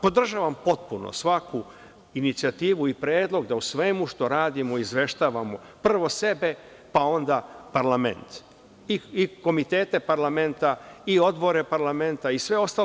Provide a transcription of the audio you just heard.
Podržavam potpuno svaku inicijativu i predlog da o svemu što radimo izveštavamo prvo sebe, pa onda parlament, i komitete parlamenta i odbore parlamenta i sve ostale.